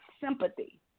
sympathy